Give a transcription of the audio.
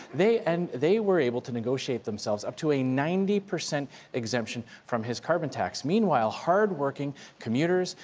they and they were able to negotiate themselves up to a ninety percent exemption from his carbon tax. meanwhile, hard-working, commuters,